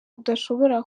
udashobora